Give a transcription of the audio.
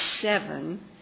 seven